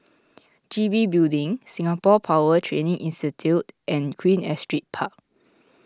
G B Building Singapore Power Training Institute and Queen Astrid Park